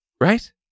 Right